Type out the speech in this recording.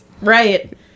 right